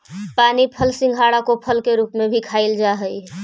पानी फल सिंघाड़ा को फल के रूप में भी खाईल जा हई